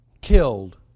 killed